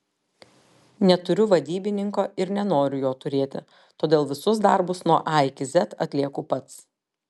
neturiu vadybininko ir nenoriu jo turėti todėl visus darbus nuo a iki z atlieku pats